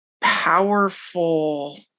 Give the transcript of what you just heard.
powerful